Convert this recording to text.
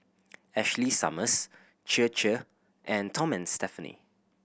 Ashley Summers Chir Chir and Tom and Stephanie